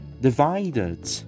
divided